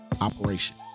operation